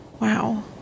Wow